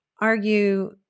argue